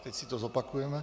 Teď si to zopakujeme.